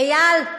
איל,